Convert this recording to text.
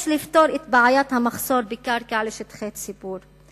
יש לפתור את בעיית המחסור בקרקע לשטחי ציבור,